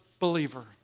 believer